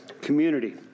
community